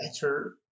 better